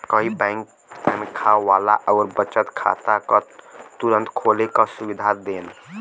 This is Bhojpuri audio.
कई बैंक तनखा वाला आउर बचत खाता क तुरंत खोले क सुविधा देन